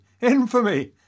Infamy